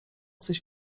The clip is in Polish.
coś